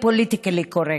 שתהיה לפחות פוליטיקלי קורקט.